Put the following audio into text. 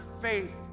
faith